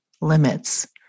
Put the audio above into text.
limits